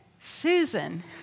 Susan